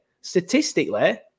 statistically